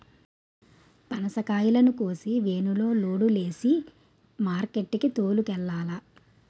పనసకాయలను కోసి వేనులో లోడు సేసి మార్కెట్ కి తోలుకెల్లాల